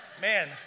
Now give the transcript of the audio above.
Man